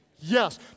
Yes